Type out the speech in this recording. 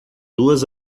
duas